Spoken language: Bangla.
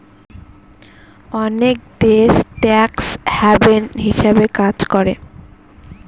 অনেক দেশ ট্যাক্স হ্যাভেন হিসাবে কাজ করে